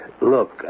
look